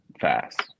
fast